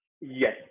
Yes